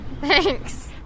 Thanks